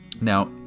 Now